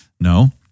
No